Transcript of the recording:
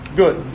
good